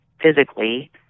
physically